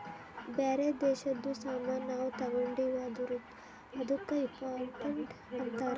ಬ್ಯಾರೆ ದೇಶದು ಸಾಮಾನ್ ನಾವು ತಗೊಂಡಿವ್ ಅಂದುರ್ ಅದ್ದುಕ ಇಂಪೋರ್ಟ್ ಅಂತಾರ್